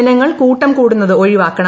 ജനങ്ങൾ കൂട്ടം കൂടുന്നത് ഒഴിവാക്കണം